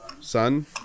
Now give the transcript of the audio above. son